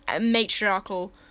matriarchal